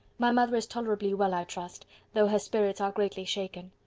my mother is tolerably well, i trust though her spirits are greatly shaken.